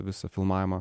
visą filmavimą